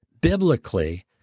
biblically